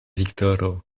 viktoro